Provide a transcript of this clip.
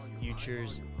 futures